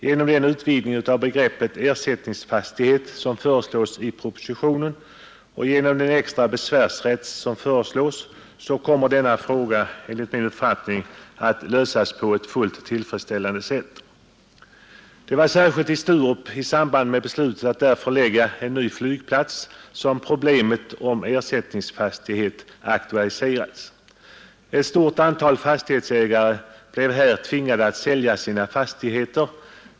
Genom den utvidgning av begreppet ersättningsfastighet som föreslås i propositionen och genom den extra besvärsrätt som föreslås kommer denna fråga enligt min uppfattning att lösas fullt tillfredsställande. Det var särskilt i samband med beslutet om att förlägga en ny flygplats till Sturup som problemet om ersättningsfastighet aktualiserades. Ett stort antal fastighetsägare blev tvingade att sälja sina fastigheter.